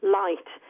light